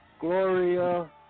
Gloria